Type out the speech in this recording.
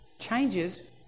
changes